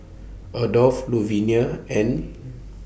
Adolf Luvenia and